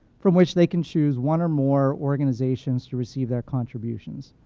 from which they can choose one or more organizations to receive their contributions.